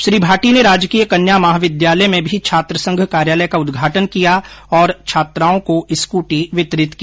श्री भाटी ने राजकीय कन्या महाविद्यालय में भी छात्रसंघ कार्यालय का उदघाटन किया और छात्राओं को स्कूटी वितरित की